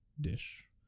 dish